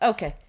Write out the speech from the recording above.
Okay